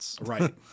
right